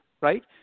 right